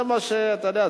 זה מה ש, אתה יודע.